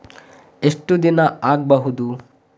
ಎಷ್ಟು ದಿನ ಆಗ್ಬಹುದು?